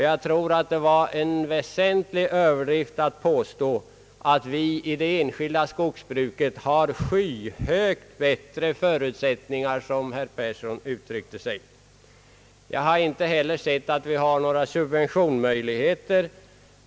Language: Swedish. Jag tror att det var en väsentlig överdrift att påstå att vi i det enskilda skogsbruket har skyhögt bättre förutsättningar, som herr Persson uttryckte sig. Jag har inte heller sett att vi har några subventionsmöjligheter.